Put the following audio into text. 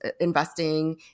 investing